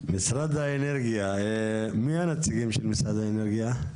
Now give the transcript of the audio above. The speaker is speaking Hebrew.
משרד האנרגיה, מי הנציגים של משרד האנרגיה?